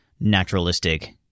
naturalistic